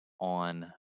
on